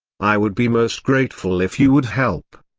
i would be most grateful if you would help.